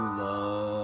love